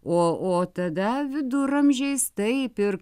o o tada viduramžiais taip ir